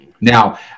Now